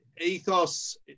ethos